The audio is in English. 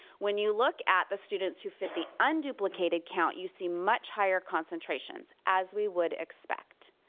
when you look at the students who fit the and iuduplicate and count, you see much higher concentrations, as we would expect.